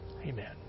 Amen